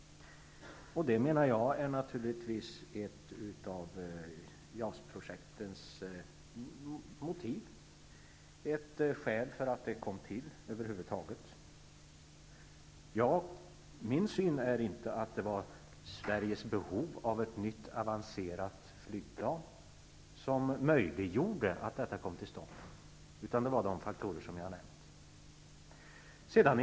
Jag menar att detta naturligtvis är ett av JAS projektets motiv, ett skäl för att det över huvud taget kom till. Som jag ser det var det inte Sveriges behov av ett nytt avancerat flygplan som möjliggjorde att detta kom till stånd, utan det var de faktorer som jag nämnt.